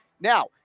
Now